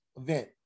event